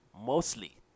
mostly